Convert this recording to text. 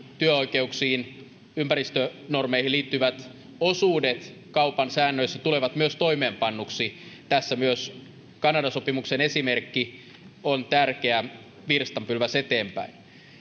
työoikeuksiin ympäristönormeihin liittyvät osuudet kaupan säännöissä tulevat myös toimeenpannuiksi tässä myös kanada sopimuksen esimerkki on tärkeä virstanpylväs eteenpäin